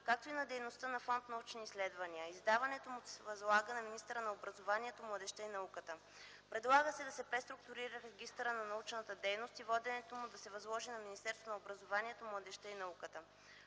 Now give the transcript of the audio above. както и на дейността на фонд „Научни изследвания”. Издаването му се възлага на министъра на образованието, младежта и науката. Предлага се да се преструктурира Регистърът на научната дейност и воденето му да се възложи на Министерството на образованието, младежта и науката.